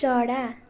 चरा